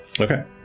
Okay